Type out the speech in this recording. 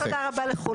ותודה רבה לכולם.